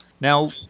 Now